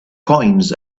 coins